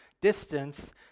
distance